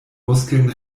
muskeln